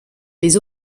les